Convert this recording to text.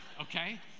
okay